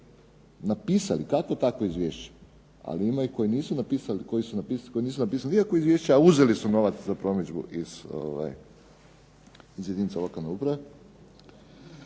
napisali kakvo takvo izvješće. Ali ima ih i koji nisu napisali, koji nisu napisali nikakvo izvješće a uzeli su novac za promidžbu iz jedinica lokalne uprave.